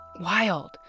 Wild